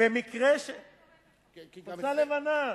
חולצה לבנה.